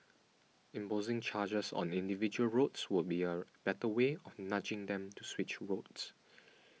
imposing charges on individual roads would be a better way of nudging them to switch routes